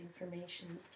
information